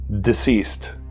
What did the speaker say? deceased